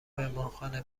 مهمانخانه